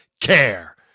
care